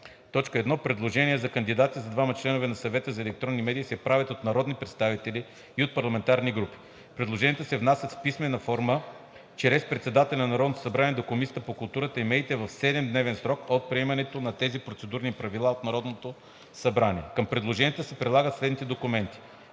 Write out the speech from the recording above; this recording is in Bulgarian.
им 1. Предложения за кандидати за двама членове на Съвета за електронни медии се правят от народни представители и от парламентарни групи. Предложенията се внасят в писмена форма чрез председателя на Народното събрание до Комисията по културата и медиите в 7-дневен срок от приемането на тези процедурни правила от Народното събрание. Към предложенията се прилагат следните документи: